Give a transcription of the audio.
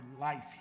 life